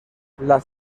las